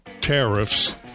tariffs